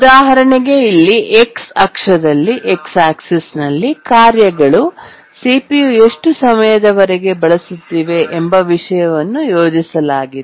ಉದಾಹರಣೆಗೆ ಇಲ್ಲಿ x ಅಕ್ಷದಲ್ಲಿ ಕಾರ್ಯಗಳು ಸಿಪಿಯು ಎಷ್ಟು ಸಮಯದವರೆಗೆ ಬಳಸುತ್ತಿವೆ ಎಂಬ ವಿಷಯವನ್ನು ಯೋಜಿಸಲಾಗಿದೆ